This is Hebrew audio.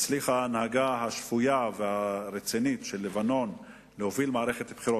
הצליחה ההנהגה השפויה והרצינית של לבנון להוביל מערכת בחירות,